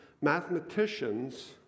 mathematicians